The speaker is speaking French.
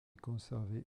conservée